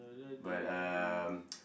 but um